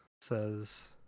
says